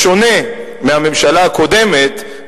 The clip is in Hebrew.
בשונה מהממשלה הקודמת,